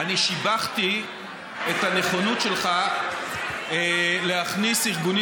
שיבחתי את הנכונות שלך להכניס ארגונים